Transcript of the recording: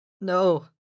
no